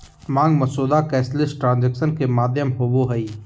मांग मसौदा cashless transaction के माध्यम होबो हइ